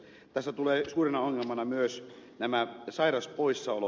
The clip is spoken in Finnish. tässä tulee suurena ongelmana myös nämä sairauspoissaolot